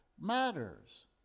matters